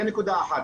זה נקודה אחת.